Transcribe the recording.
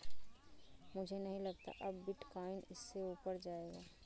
मुझे नहीं लगता अब बिटकॉइन इससे ऊपर जायेगा